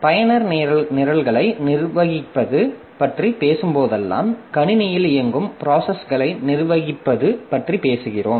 பயனர் நிரல்களை நிர்வகிப்பது பற்றி பேசும்போதெல்லாம் கணினியில் இயங்கும் ப்ராசஸ்களை நிர்வகிப்பது பற்றி பேசுகிறோம்